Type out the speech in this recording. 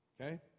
Okay